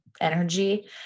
energy